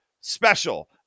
special